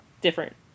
different